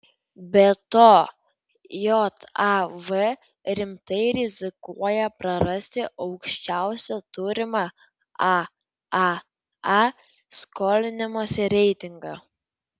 be to jav rimtai rizikuoja prarasti aukščiausią turimą aaa skolinimosi reitingą